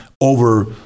over